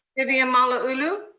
vivian malauulu.